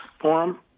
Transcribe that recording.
forum